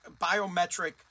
biometric